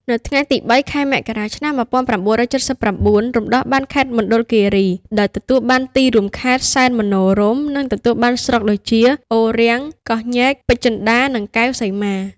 នៅថ្ងៃទី ០៣ ខែមករា ឆ្នាំ ១៩៧៩ រំដោះបានខេត្តមណ្ឌលគិរី ដោយទទួលបានទីរួមខេត្ត សែនមនោរម្យ និងទទួលបានស្រុកដូចជា អូររាំង កោះញែក ពេជ្រចិន្តា និងកែវសីមា។